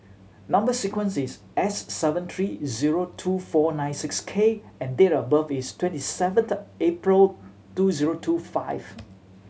number sequence is S seven three zero two four nine six K and date of birth is twenty seventh April two zero two five